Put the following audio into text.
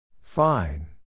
Fine